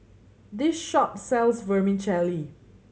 this shop sells Vermicelli